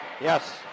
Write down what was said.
Yes